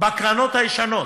בקרנות הישנות.